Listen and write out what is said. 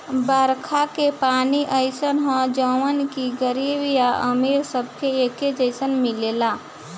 बरखा के पानी अइसन ह जवन की गरीब आ अमीर सबके एके जईसन मिलेला